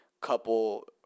couple